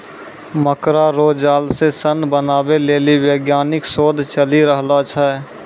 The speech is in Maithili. मकड़ा रो जाल से सन बनाबै लेली वैज्ञानिक शोध चली रहलो छै